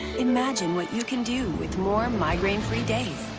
imagine what you can do with more and migraine-free days.